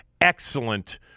excellent